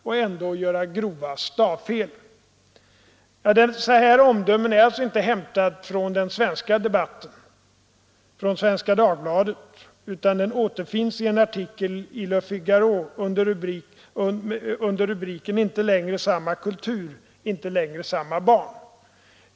och ändå göra grova stavfel.” Dessa omdömen är alltså inte hämtade från den svenska debatten, från Svenska Dagbladet, utan de återfinns i en artikel i Le Figaro under rubriken Inte längre samma kultur, inte längre samma barn.